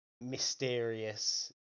mysterious